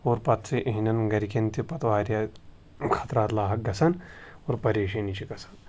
اور پَتہٕ چھِ اِہِنٛدٮ۪ن گَرِکٮ۪ن تہِ پَتہٕ واریاہ خطرات لاحق گژھان اور پریشٲنی چھِ گژھان